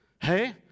Hey